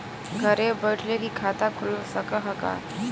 घरे बइठले भी खाता खुल सकत ह का?